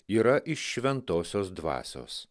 yra iš šventosios dvasios